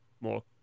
more